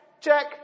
check